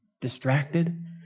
distracted